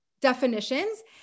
definitions